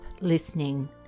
listening